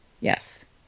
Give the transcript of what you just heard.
Yes